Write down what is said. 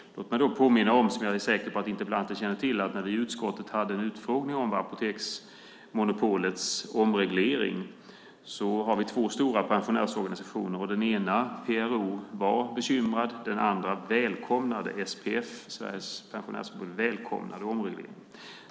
Låt mig då påminna om, som jag är säker på att interpellanten känner till, att när vi i utskottet hade en utfrågning om apoteksmonopolets omreglering var där två stora pensionärsorganisationer. Den ena, PRO, var bekymrad. Den andra, SPF, Sveriges Pensionärsförbund, välkomnade omregleringen.